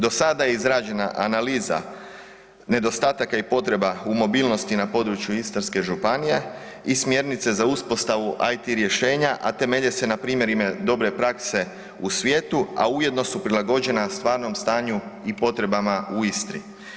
Do sada je izrađena analiza nedostataka i potreba u mobilnosti na području Istarske županije i smjernice za uspostavu IT rješenja, a temelje se na primjerima dobre prakse u svijetu, a ujedno su prilagođena stvarnom stanju i potrebama i Istri.